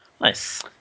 Nice